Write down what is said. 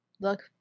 look